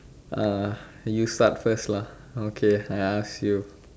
uh you start first lah okay I ask you